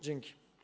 Dzięki.